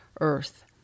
earth